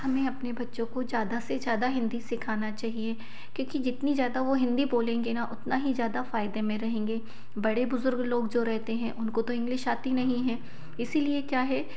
हमें अपने बच्चों को ज़्यादा से ज़्यादा हिंदी सिखाना चाहिए क्योंकि जितनी ज़्यादा वो हिंदी बोलेंगे ना उतना ही ज़्यादा फ़ायदे में रहेंगे बड़े बुज़ुर्ग लोग जो रहते हैं उनको तो इंग्लिश आती नहीं है इसीलिए क्या है कि